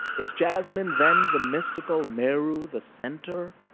is jasmine, then, the mystical maru, the center,